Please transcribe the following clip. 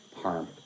harm